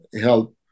help